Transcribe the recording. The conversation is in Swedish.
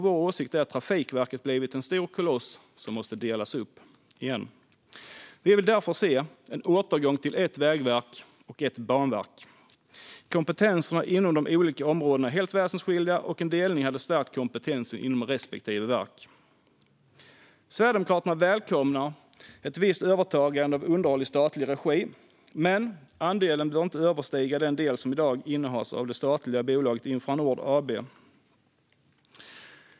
Vår åsikt är att Trafikverket blivit en stor koloss som måste delas upp igen. Vi vill därför se en återgång till ett vägverk och ett banverk. Kompetenserna inom de olika områdena är helt väsensskilda, och en delning hade stärkt kompetensen inom respektive verk. Sverigedemokraterna välkomnar ett visst övertagande av underhåll i statlig regi. Men andelen bör inte överstiga den del som i dag innehas av det statliga bolaget Infranord AB.